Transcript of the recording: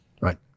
right